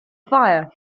fire